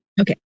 Okay